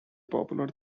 popular